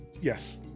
Yes